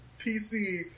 PC